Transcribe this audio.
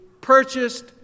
purchased